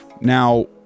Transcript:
Now